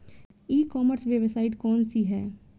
ई commerce website कौन सी है?